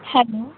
hello